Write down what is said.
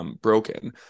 broken